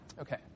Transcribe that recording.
Okay